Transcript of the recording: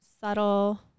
subtle